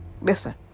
listen